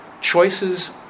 Choices